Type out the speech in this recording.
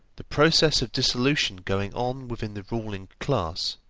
the process of dissolution going on within the ruling class,